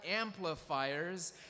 amplifiers